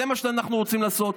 זה מה שאנחנו רוצים לעשות.